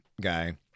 guy